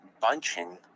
bunching